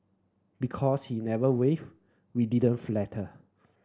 because he never wavered we didn't falter